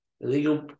Illegal